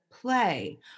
play